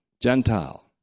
Gentile